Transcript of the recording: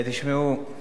תשמעו,